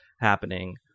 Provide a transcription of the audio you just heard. happening